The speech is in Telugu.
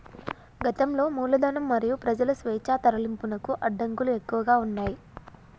గతంలో మూలధనం మరియు ప్రజల స్వేచ్ఛా తరలింపునకు అడ్డంకులు ఎక్కువగా ఉన్నయ్